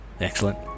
Excellent